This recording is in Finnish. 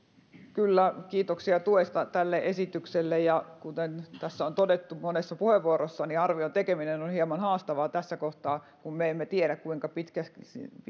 kyllä kiitoksia tuesta tälle esitykselle kuten tässä on todettu monessa puheenvuorossa arvion tekeminen on hieman haastavaa tässä kohtaa kun me emme tiedä kuinka